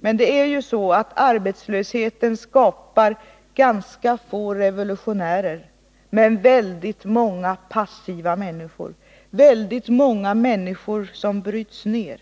Men det är ju så att arbetslösheten skapar ganska få revolutionärer men väldigt många passiva människor och väldigt många människor som bryts ner.